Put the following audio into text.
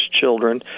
children